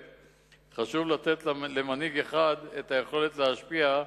חשוב לתת למנהיג אחד את היכולת להשפיע,